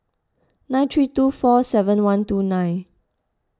nine three two four seven one two nine